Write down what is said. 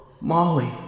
Molly